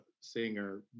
singer